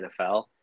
NFL